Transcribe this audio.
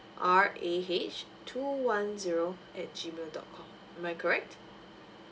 r a h two one zero at G mail dot com am I correct